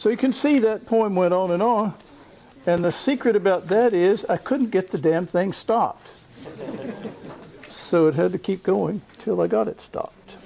you can see that point went on and on and the secret about that is i couldn't get the damn thing stopped so it had to keep going till i got it st